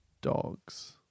dogs